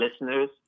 listeners